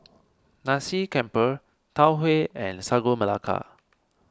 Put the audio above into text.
Nasi Campur Tau Huay and Sagu Melaka